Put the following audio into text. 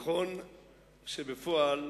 נכון שבפועל